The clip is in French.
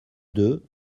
deux